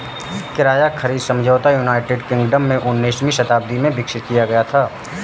किराया खरीद समझौता यूनाइटेड किंगडम में उन्नीसवीं शताब्दी में विकसित किया गया था